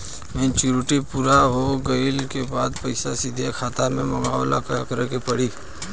Maturity पूरा हो गइला के बाद पईसा सीधे खाता में मँगवाए ला का करे के पड़ी?